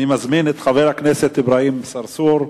אני מזמין את חבר הכנסת אברהים צרצור,